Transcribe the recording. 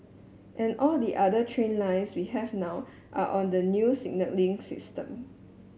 and all the other train lines we have now are on the new signalling system